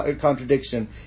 contradiction